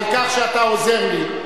על כך שאתה עוזר לי.